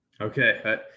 Okay